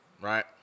Right